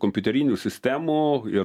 kompiuterinių sistemų ir